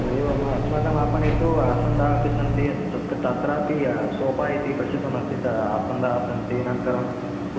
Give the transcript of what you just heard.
ओ एवं वा अस्माकम् आपणे तु आसन्दाः अपि सन्ति तत् तत्रापि सोपा इति प्रसिद्धमस्ति त् आसन्दः सन्ति अनन्तरम्